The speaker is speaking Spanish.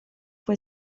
fue